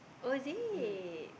oh is it